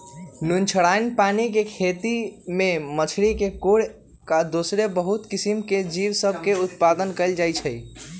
नुनछ्राइन पानी के खेती में मछरी के छोर कऽ दोसरो बहुते किसिम के जीव सभ में उत्पादन कएल जाइ छइ